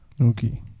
Okay